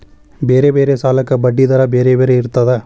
ಬೇರೆ ಬೇರೆ ಸಾಲಕ್ಕ ಬಡ್ಡಿ ದರಾ ಬೇರೆ ಬೇರೆ ಇರ್ತದಾ?